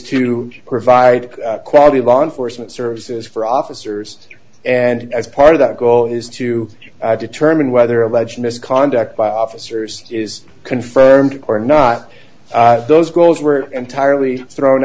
to provide quality law enforcement services for officers and as part of that goal is to determine whether alleged misconduct by officers d is confirmed or not those goals were entirely thrown